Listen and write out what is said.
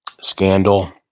scandal